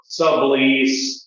sublease